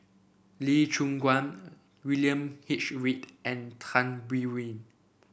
Lee Choon Guan William H Read and Tan Biyun